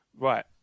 Right